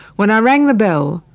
when i rang the bell,